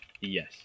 Yes